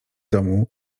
domu